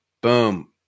Boom